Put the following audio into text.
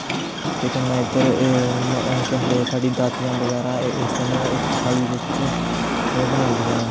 ते इद्धर केह् आखदे साढ़ी दादियां बगैरा इस दिन इक थाली बिच्च ओह् बनांदियां